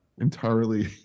entirely